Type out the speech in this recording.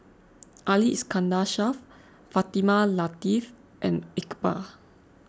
Ali Iskandar Shah Fatimah Lateef and Iqbal